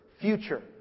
future